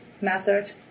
method